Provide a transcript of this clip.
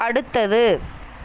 அடுத்தது